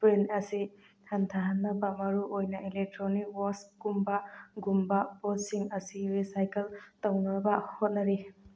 print ꯑꯁꯤ ꯍꯟꯊꯍꯟꯅꯕ ꯃꯔꯨꯑꯣꯏꯅ ꯑꯦꯂꯦꯛꯇ꯭ꯔꯤꯅꯤꯛ ꯋꯥꯁꯀꯨꯝꯕ ꯒꯨꯝꯕ ꯄꯣꯠꯁꯤꯡ ꯑꯁꯤ ꯔꯤꯁꯥꯏꯀꯜ ꯇꯧꯅꯕ ꯍꯣꯠꯅꯔꯤ